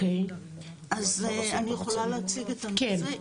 אני יכולה להציג את הנושא?